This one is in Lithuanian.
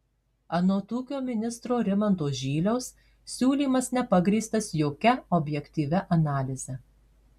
anot ūkio ministro rimanto žyliaus siūlymas nepagrįstas jokia objektyvia analize